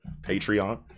Patreon